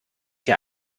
dir